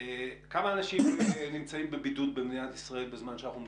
כמה אנשים נמצאים בבידוד במדינת ישראל בזמן שאנחנו מדברים?